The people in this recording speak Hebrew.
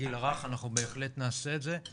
לגיל הרך אנחנו בהחלט נעשה את זה,